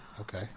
Okay